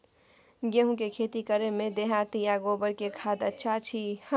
गेहूं के खेती करे में देहाती आ गोबर के खाद अच्छा छी?